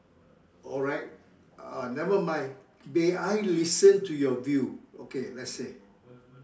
alright uh never mind may I listen to your view okay let's say